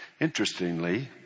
Interestingly